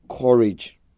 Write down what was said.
courage